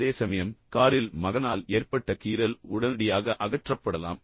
அதேசமயம் காரில் மகனால் ஏற்பட்ட கீறல் உடனடியாக அகற்றப்படலாம்